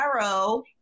arrow